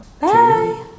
Bye